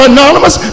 Anonymous